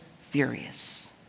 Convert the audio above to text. furious